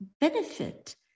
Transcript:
benefit